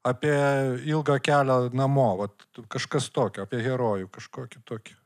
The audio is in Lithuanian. apie ilgą kelią namo vat kažkas tokio apie herojų kažkokį tokį